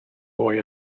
boy